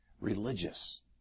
religious